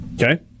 Okay